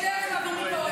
יש דרך להעביר ביקורת.